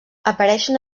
apareixen